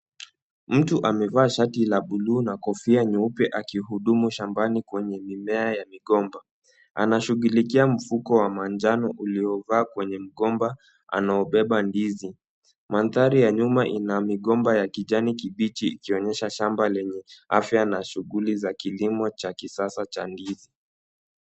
Mtu amevaa shati la buluu na kofia nyeupe akihudumu shambani kwenye mimea ya migomba. Anashughulikia mfuko wa manjano uliovaa kwenye mgomba, anaubeba ndizi. Mandhari ya nyuma ina migomba ya kijani kibichi ikionyesha shamba lenye afya na shughuli za kilimo cha kisasa cha ndizi.